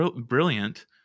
brilliant